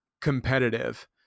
competitive